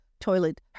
toilet